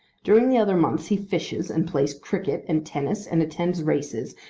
during the other months he fishes, and plays cricket and tennis, and attends races,